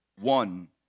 one